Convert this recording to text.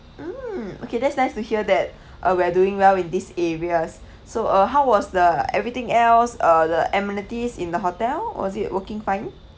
mm okay that's nice to hear that uh we're doing well in these areas so uh how was the everything else uh the amenities in the hotel was it working fine